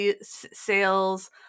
sales